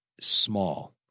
small